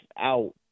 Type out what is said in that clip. out